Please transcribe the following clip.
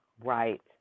Right